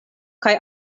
kaj